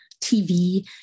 TV